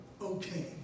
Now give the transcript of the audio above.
okay